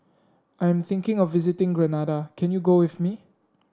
I am thinking of visiting Grenada can you go with me